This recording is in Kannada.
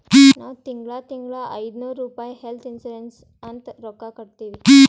ನಾವ್ ತಿಂಗಳಾ ತಿಂಗಳಾ ಐಯ್ದನೂರ್ ರುಪಾಯಿ ಹೆಲ್ತ್ ಇನ್ಸೂರೆನ್ಸ್ ಅಂತ್ ರೊಕ್ಕಾ ಕಟ್ಟತ್ತಿವಿ